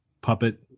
puppet